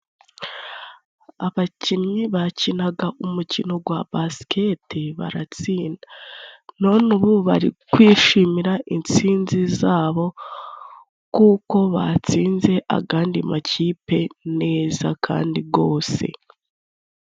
Abakinnyi bakinaga umukino gwa basiketi baratsinda, none ubu bari kwishimira intsinzi zabo kuko batsinze agandi makipe neza kandi gose.